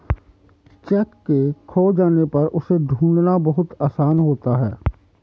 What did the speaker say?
cheque के खो जाने पर उसे ढूंढ़ना बहुत आसान होता है